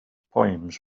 poems